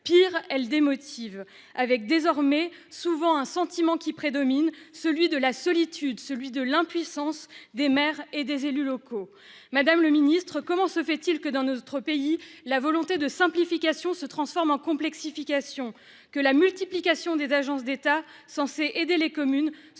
Pire, elles démotivent ! Désormais, un sentiment prédomine souvent, celui de la solitude et de l'impuissance des maires et des élus locaux ! Madame la ministre, comment se fait-il que, dans notre pays, la volonté de simplification se transforme en complexification, et que la multiplication des agences d'État censée aider les communes